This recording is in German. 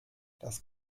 das